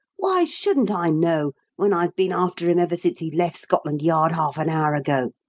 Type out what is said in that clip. why shouldn't i know when i've been after him ever since he left scotland yard half an hour ago?